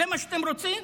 זה מה שאתם רוצים?